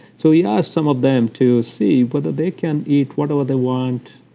so yeah asked some of them to see whether they can eat whatever they want,